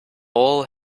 all